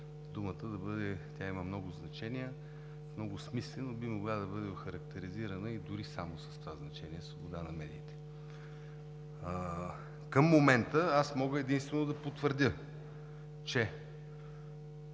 думата, има много значения, много смислено би могла да бъде охарактеризирана и дори само с това значение свобода на медиите. Към момента аз мога единствено да потвърдя две